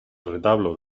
retablo